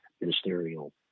ministerial